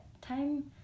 time